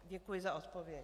Děkuji za odpověď.